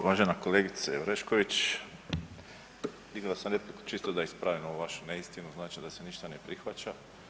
Uvažena kolegice Orešković, dignuo sam repliku čisto da ispravim ovu vašu neistinu znači da se ništa ne prihvaća.